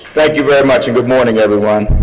thank you very much and good morning, everyone.